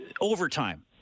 Overtime